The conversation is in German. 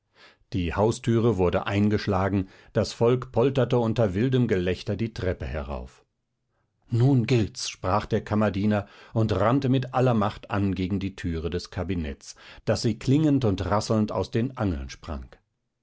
die haustüre wurde eingeschlagen das volk polterte unter wildem gelächter die treppe herauf nun gilt's sprach der kammerdiener und rannte mit aller macht an gegen die türe des kabinetts daß sie klirrend und rasselnd aus den angeln sprang